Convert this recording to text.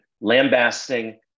lambasting